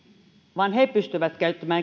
vaan asukkaat kehitysmaissa pystyvät käyttämään